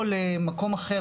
או למקום אחר,